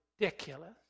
ridiculous